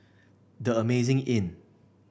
The Amazing Inn